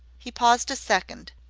he paused a second,